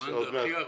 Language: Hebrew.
זמן זה הכי הרבה.